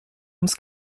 ums